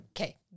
Okay